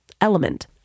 Element